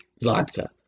vodka